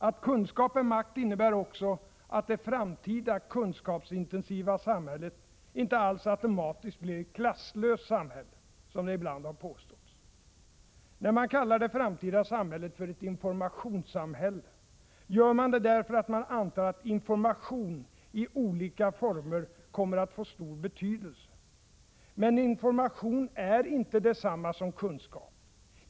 Att kunskap är makt innebär också att det framtida, kunskapsintensiva samhället inte alls automatiskt blir ett klasslöst samhälle, som det ibland har påståtts. När man kallar det framtida samhället för ett informationssamhälle, gör man det därför att man antar att information i olika former kommer att få stor betydelse. Men information är inte detsamma som kunskap.